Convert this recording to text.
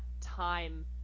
time